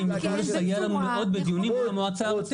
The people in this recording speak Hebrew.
--- היה לנו מאוד בדיונים במועצה הארצית.